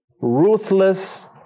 ruthless